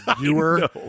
viewer